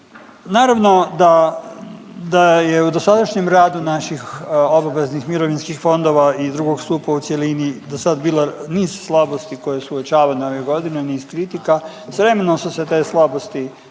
naravno da je u dosadašnjem radu naših obveznih mirovinskih fondova i 2. stupa u cjelini do sad bilo niz slabosti koje su uočavane ove godine, niz kritika. S vremenom su se te slabosti